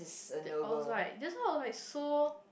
th~ I was like just now when I saw